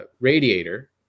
radiator